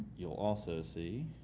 you'll also see